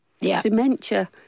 dementia